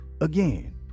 again